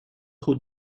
who